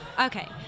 okay